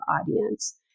audience